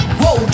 whoa